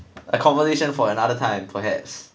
a conversation for another time perhaps